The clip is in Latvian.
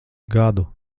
gadu